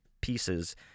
pieces